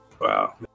Wow